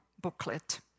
booklet